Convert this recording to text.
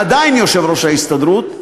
עדיין יושב-ראש ההסתדרות,